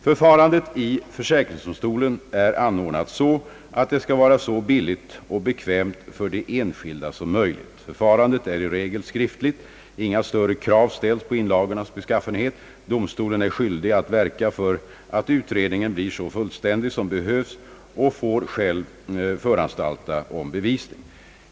Förfarandet i försäkringsdomstolen är anordnat så att det skall vara så billigt och bekvämt för de enskilda som möjligt. Förfarandet är i regel skriftligt. Inga större krav ställs på inlagornas beskaffenhet. Domstolen är skyldig att verka för att utredningen blir så fullständig som behövs och får själv föranstalta om bevisning.